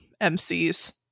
MC's